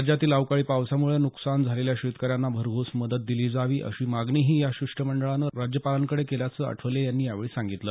राज्यातील अवकाळी पावसामुळे नुकसान झालेल्या शेतकऱ्यांना भरघोस मदत दिली जावी अशी मागणीही या शिष्टमंडळानं राज्यपालांकडे केल्याचं आठवले यांनी यावेळी सांगितलं